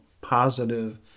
positive